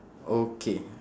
okay